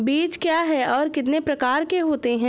बीज क्या है और कितने प्रकार के होते हैं?